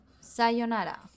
sayonara